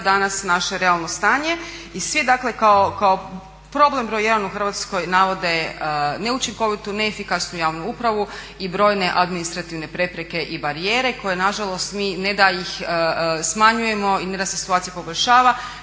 danas naše realno stanje. I svi dakle kao problem broj 1 u Hrvatskoj navode neučinkovitu, neefikasnu javnu upravu i brojne administrativne prepreke i barijere koje nažalost mi ne da ih smanjujemo i ne da se situacija poboljšava